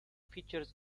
features